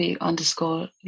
underscore